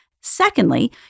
Secondly